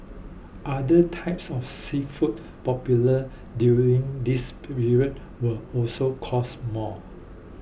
other types of seafood popular during this period will also cost more